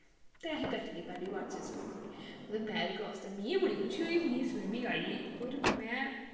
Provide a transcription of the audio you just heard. ते असें करी लेई पैह्ली बार च स्विमिंग नैह्र क्रास बी ते मिगी बड़ी खुशी होई कि मिगी आई और में